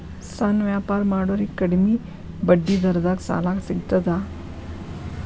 ಸಣ್ಣ ವ್ಯಾಪಾರ ಮಾಡೋರಿಗೆ ಕಡಿಮಿ ಬಡ್ಡಿ ದರದಾಗ್ ಸಾಲಾ ಸಿಗ್ತದಾ?